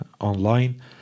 online